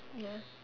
ya